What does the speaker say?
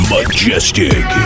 Majestic